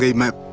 ah met.